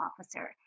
officer